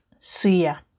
suya